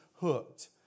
hooked